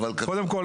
קודם כל,